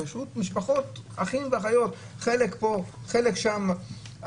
משפחות, אחים ואחיות שחלק פה וחלק שם.